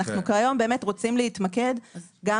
כיום אנחנו רוצים להתמקד גם